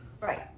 Right